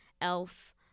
elf